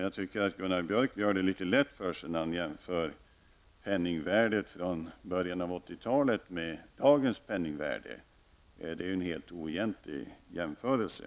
Jag tycker dock att Gunnar Björk gör det litet lätt för sig när han jämför penningvärdet från början av 80-talet med dagens penningvärde. Det är en helt oegentlig jämförelse.